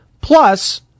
Plus